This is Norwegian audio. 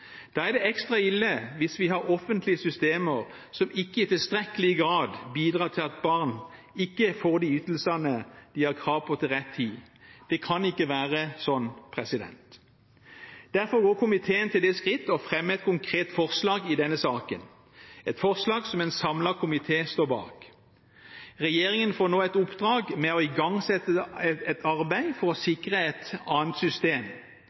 Da er det ekstra ille hvis vi har offentlige systemer som ikke i tilstrekkelig grad bidrar til at barn får de ytelsene de har krav på, til rett tid. Det kan ikke være sånn. Derfor går komiteen til det skritt å fremme et konkret forslag i denne saken, et forslag en samlet komité står bak. Regjeringen får nå et oppdrag om å igangsette et arbeid for å sikre et annet system,